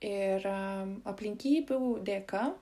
ir aplinkybių dėka